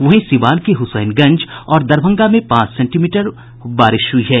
वहीं सीवान के हुसैनगंज और दरभंगा में पांच सेंटीमीटर वर्षा हुई है